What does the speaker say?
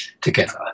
together